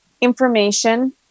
information